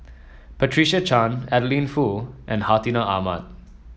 Patricia Chan Adeline Foo and Hartinah Ahmad